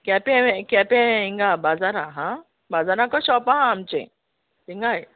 केंपे केंपे हिंगा बाजारा हा बाजाराको शॉप आसा आमचें थिंगाय